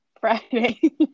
Friday